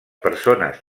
persones